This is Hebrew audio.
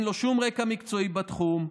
אין לו שום רקע מקצועי בתחום,